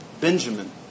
Benjamin